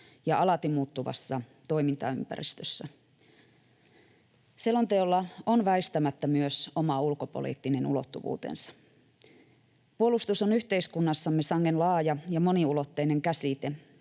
ja alati muuttuvassa toimintaympäristössä. Selonteolla on väistämättä myös oma ulkopoliittinen ulottuvuutensa. Puolustus on yhteiskunnassamme sangen laaja ja moniulotteinen käsite,